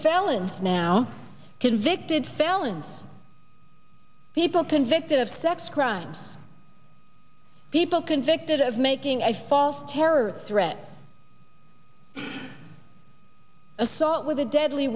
felons now convicted felons people convicted of sex crimes people convicted of making a false terror threat assault with a deadly